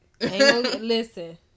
Listen